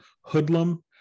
hoodlum